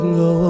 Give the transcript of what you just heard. go